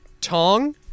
Tong